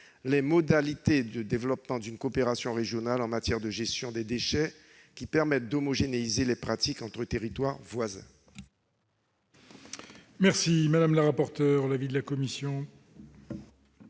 les modalités de développement d'une coopération régionale en matière de gestion des déchets qui permette d'homogénéiser les pratiques entre territoires voisins.